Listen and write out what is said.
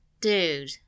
Dude